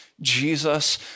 Jesus